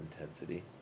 intensity